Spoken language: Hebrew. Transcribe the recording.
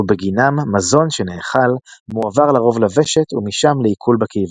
ובגינם מזון שנאכל מועבר לרוב לוושט ומשם לעיכול בקיבה,